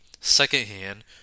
secondhand